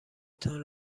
تان